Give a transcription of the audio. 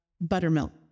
buttermilk